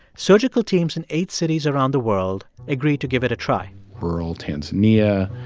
surgical teams in eight cities around the world agreed to give it a try rural tanzania,